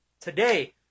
today